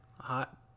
hot